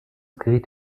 geriet